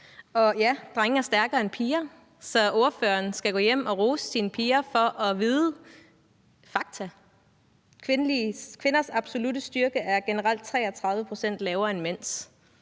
og ja, drenge er stærkere end piger. Så ordføreren skal gå hjem og rose sine piger for at vide fakta. Kvinders absolutte styrke er generelt 33 pct. lavere end mænds,